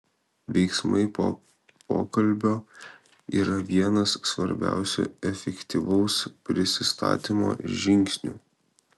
veiksmai po pokalbio yra vienas svarbiausių efektyvaus prisistatymo žingsnių